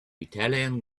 italian